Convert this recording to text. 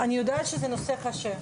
אני יודעת שזה נושא קשה.